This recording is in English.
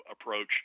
approach